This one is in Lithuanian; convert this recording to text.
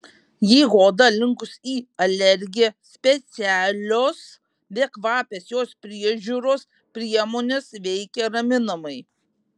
jeigu oda linkusi į alergiją specialios bekvapės jos priežiūros priemonės veikia raminamai